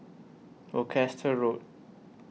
Worcester Road